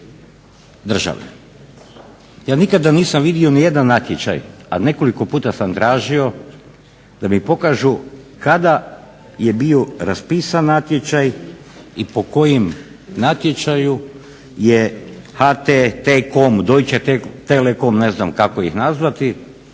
države. Ja nikada nisam vidio ni jedan natječaj, a nekoliko puta sam tražio da mi pokažu kada je bio raspisan natječaj i po kojem natječaju je HT, T-Com, Deutsche Telecom ne znam kako ih nazvati